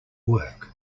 work